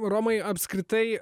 romai apskritai